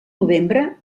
novembre